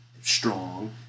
strong